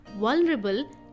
vulnerable